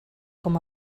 com